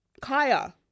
Kaya